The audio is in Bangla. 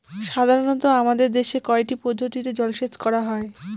সাধারনত আমাদের দেশে কয়টি পদ্ধতিতে জলসেচ করা হয়?